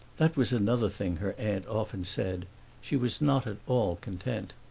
that was another thing her aunt often said she was not at all content.